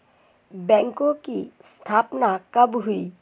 बैंकों की स्थापना कब हुई?